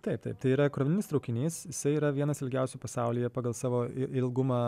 taip taip tai yra krovininis traukinys jisai yra vienas ilgiausių pasaulyje pagal savo ilgumą